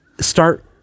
start